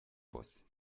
boss